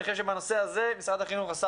אני חושב שבנושא הזה משרד החינוך עשה